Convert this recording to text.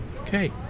Okay